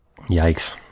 Yikes